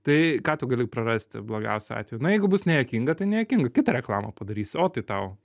tai ką tu gali prarasti blogiausiu atveju nu jeigu bus nejuokinga tai nejuokinga kitą reklamą padarysi o tai tau